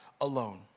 alone